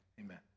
amen